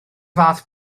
fath